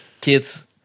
kids